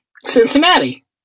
Cincinnati